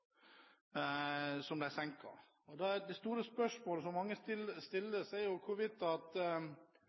som de senket. Det store spørsmålet som mange stiller seg, er hvorvidt